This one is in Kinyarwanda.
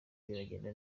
biragenda